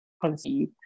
conceive